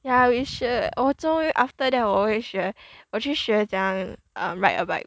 ya we should 我终于 after that 我会学我去学怎样 ride a bike